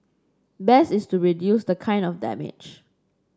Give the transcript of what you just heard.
best is to reduce the kind of damage